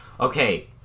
okay